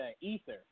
ether